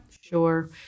Sure